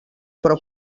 però